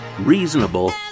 reasonable